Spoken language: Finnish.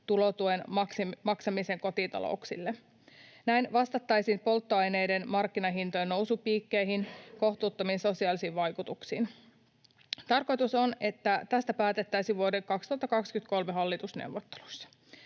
tulotuen maksamisen kotitalouksille. Näin vastattaisiin polttoaineiden markkinahintojen nousupiikkien kohtuuttomiin sosiaalisiin vaikutuksiin. Tarkoitus on, että tästä päätettäisiin vuoden 2023 hallitusneuvotteluissa.